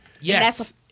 Yes